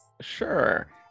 Sure